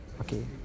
okay